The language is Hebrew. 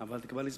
אבל תקבע לי זמן.